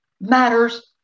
matters